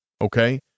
Okay